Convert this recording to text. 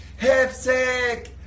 Hipsick